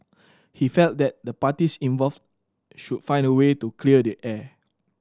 he felt that the parties involved should find a way to clear the air